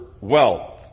wealth